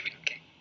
okay